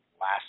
last